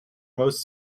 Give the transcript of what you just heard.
most